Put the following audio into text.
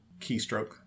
keystroke